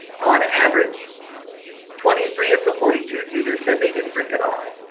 on average twenty three of the forty two juniors said they didn't drink at all.